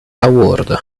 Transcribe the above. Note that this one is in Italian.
award